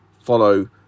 follow